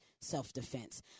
self-defense